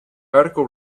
article